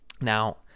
Now